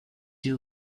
you